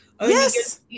Yes